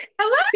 Hello